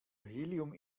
helium